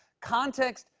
context,